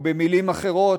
או במילים אחרות,